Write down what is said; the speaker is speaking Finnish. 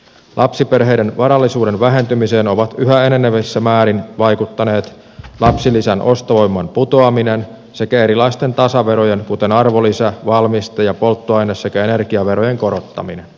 lapsiperheiden varallisuuden vähentymiseen ovat yhä enenevissä määrin vaikuttaneet lapsilisän ostovoiman putoaminen sekä erilaisten tasaverojen kuten arvonlisä valmiste ja polttoaine sekä energiaverojen korottaminen